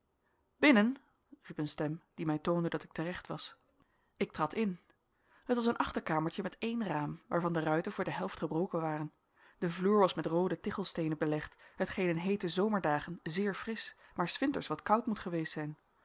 binnen riep een stem die mij toonde dat ik te recht was ik trad in het was een achterkamertje met één raam waarvan de ruiten voor de helft gebroken waren de vloer was met roode tichelsteenen belegd hetgeen in heete zomerdagen zeer frisch maar s winters wat koud moet geweest zijn